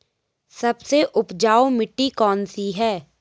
सबसे उपजाऊ मिट्टी कौन सी है?